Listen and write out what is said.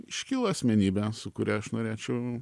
iškilo asmenybė su kuria aš norėčiau